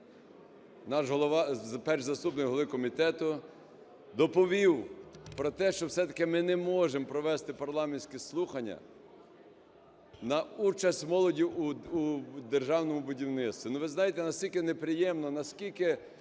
наш перший заступник голови комітету доповів про те, що все-таки ми не можемо провести парламентські слухання на участь молоді у державному будівництві.